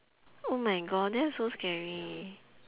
oh my god that's so scary